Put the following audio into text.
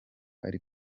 ari